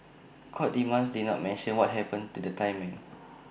court documents did not mention what happened to the Thai men